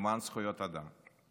למען זכויות אדם.